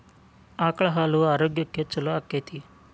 ಆಕಳ ಹಾಲು ಆರೋಗ್ಯಕ್ಕೆ ಛಲೋ ಆಕ್ಕೆತಿ?